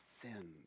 sin